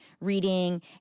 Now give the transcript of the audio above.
reading